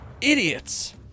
Idiots